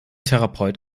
therapeut